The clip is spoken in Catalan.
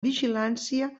vigilància